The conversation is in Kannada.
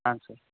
ಹಾಂ ಸ